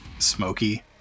smoky